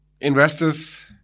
investors